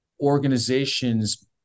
organizations